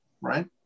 right